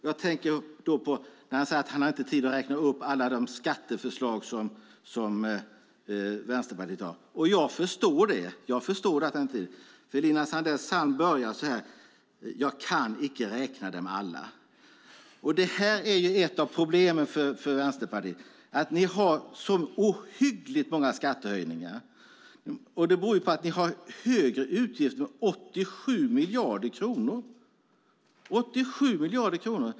Jag tänker då på när Jacob Johnson säger att han inte har tid att räkna upp alla de skatteförslag som Vänsterpartiet har. Och jag förstår det. Lina Sandell-Bergs psalm börjar så här: Jag kan icke räkna dem alla. Det här är ett av problemen för Vänsterpartiet, att ni har så ohyggligt många skattehöjningar. Det beror på att ni har 87 miljarder kronor i högre utgifter.